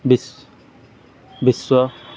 ବିଶ ବିଶ୍ୱା